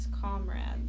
comrades